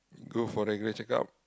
go for medical checkup